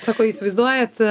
sako įsivaizduojat